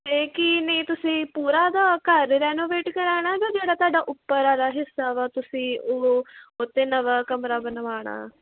ਅਤੇ ਕੀ ਨੇ ਤੁਸੀਂ ਪੂਰਾ ਦਾ ਘਰ ਰੈਨੋਵੇਟ ਕਰਾਉਣਾ ਜਾਂ ਜਿਹੜਾ ਤੁਹਾਡਾ ਉੱਪਰ ਵਾਲਾ ਹਿੱਸਾ ਵਾ ਤੁਸੀਂ ਉਹ ਉਹ 'ਤੇ ਨਵਾਂ ਕਮਰਾ ਬਣਵਾਉਣਾ